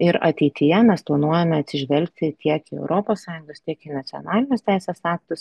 ir ateityje mes planuojame atsižvelgti tiek į europos sąjungos tiek į nacionalinius teisės aktus